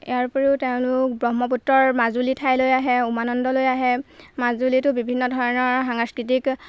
ইয়াৰ উপৰিও তেওঁলোক ব্ৰহ্মপুত্ৰৰ মাজুলী ঠাইলৈ আহে উমানন্দলৈ আহে মাজুলীতো বিভিন্ন ধৰণৰ সাংস্কৃতিক